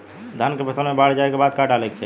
धान के फ़सल मे बाढ़ जाऐं के बाद का डाले के चाही?